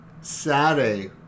Saturday